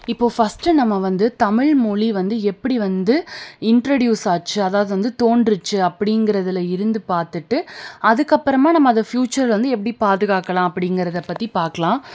இப்போ ஃபஸ்ட்டு நம்ம வந்து தமிழ் மொழி வந்து எப்படி வந்து இண்ட்ரடியூஸ் ஆச்சு அதாவது வந்து தோன்றுச்சு அப்படிங்கிறதில் இருந்து பார்த்துட்டு அதுக்கப்புறமா நம்ம அதை ஃபியூச்சரில் வந்து எப்படி பாதுகாக்கலாம் அப்படிங்கிறத பற்றி பார்க்கலாம்